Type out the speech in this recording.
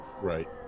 Right